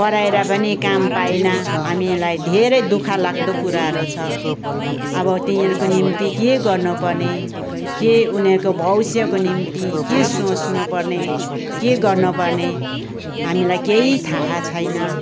पढाएर पनि काम पाएन हामीलाई धेरै दुखःलाग्दो कुराहरू छ अब तिनीहरूको निम्ति के गर्नु पर्ने के उनीहरूको भविष्यको निम्ति के सोच्नु पर्ने के गर्नु पर्ने हामीलाई केही थाहा छैन